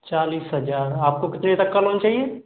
चालीस हज़ार आपको कितने तक का लोन चाहिए